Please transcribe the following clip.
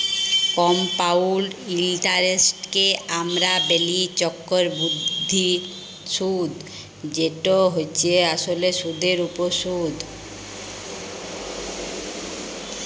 compound ইলটারেস্টকে আমরা ব্যলি চক্করবৃদ্ধি সুদ যেট হছে আসলে সুদের উপর সুদ